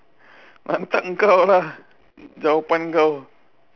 pantat kau lah jawapan kau